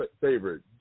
favorite